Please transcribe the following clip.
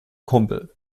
kumpel